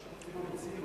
מה שרוצים המציעים.